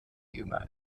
jünger